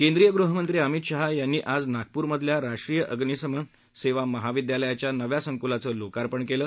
केंद्रीय गृहमंत्री अमित शाह यांनी आजनागपूरमधल्या राष्ट्रीय अग्निशमन सेवा महाविद्यालयाच्या नव्या संकुलाचं लोकार्पणकेलं